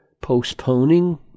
postponing